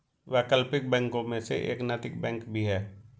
वैकल्पिक बैंकों में से एक नैतिक बैंक भी है